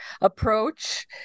approach